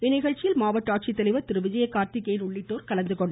இந்நிகழ்ச்சியில் மாவட்ட ஆட்சித்தலைவர் திரு விஜய கார்த்திகேயன் உள்ளிட்டோர் கலந்துகொண்டனர்